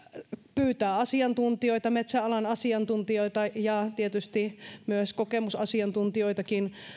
pyytää asiantuntijoita metsäalan asiantuntijoita ja tietysti myös kokemusasiantuntijoitakin